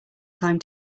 time